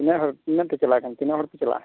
ᱛᱤᱱᱟᱹᱜ ᱦᱚᱲ ᱛᱤᱱᱟᱹᱜ ᱛᱮ ᱪᱟᱞᱟᱜ ᱠᱷᱟᱱ ᱛᱤᱱᱟᱹᱱ ᱦᱚᱲ ᱯᱮ ᱪᱟᱞᱟᱜᱼᱟ